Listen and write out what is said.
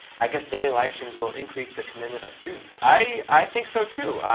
i guess daily live streams will increase the commitment of students. i think so too,